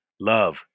love